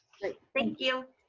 okay, thank you.